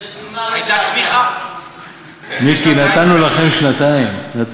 הצמיחה שהייתה לפני שנתיים-שלוש.